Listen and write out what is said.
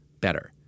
better